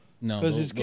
No